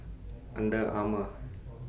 Under Armour